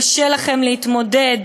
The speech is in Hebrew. קשה לכם להתמודד